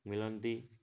ମିଳନ୍ତି